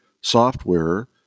software